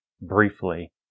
briefly